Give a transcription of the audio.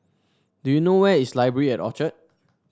do you know where is Library at Orchard